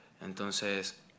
Entonces